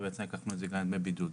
ובעצם החלנו את זה על דמי בידוד.